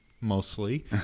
mostly